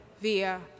via